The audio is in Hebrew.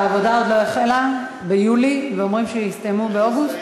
העבודה עוד לא החלה ביולי ואומרים שיסיימו באוגוסט?